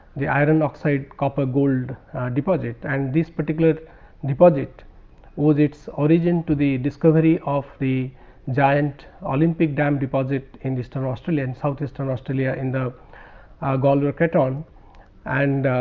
the iron oxide copper gold ah deposit and this particular deposit with its origin to the discovery of the giant, olympic dam deposit in eastern australian south eastern australia in the ah gawler craton and